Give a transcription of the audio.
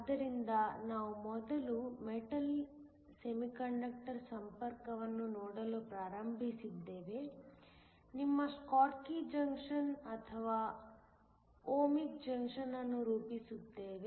ಆದ್ದರಿಂದ ನಾವು ಮೊದಲು ಮೆಟಲ್ ಸೆಮಿಕಂಡಕ್ಟರ್ ಸಂಪರ್ಕವನ್ನು ನೋಡಲು ಪ್ರಾರಂಭಿಸಿದ್ದೇವೆ ನಿಮ್ಮ ಶಾಟ್ಕಿ ಜಂಕ್ಷನ್ ಅಥವಾ ಓಹ್ಮಿಕ್ ಜಂಕ್ಷನ್ ಅನ್ನು ರೂಪಿಸುತ್ತೇವೆ